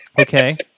Okay